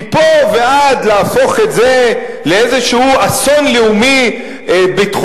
מפה ועד להפוך את זה לאיזה אסון לאומי-ביטחוני,